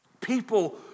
People